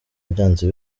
byanze